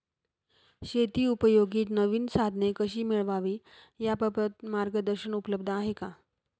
शेतीउपयोगी नवीन साधने कशी मिळवावी याबाबत मार्गदर्शन उपलब्ध आहे का?